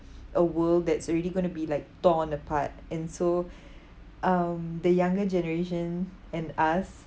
a world that's already going to be like torn apart and so um the younger generation and us